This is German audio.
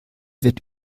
wird